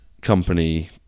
company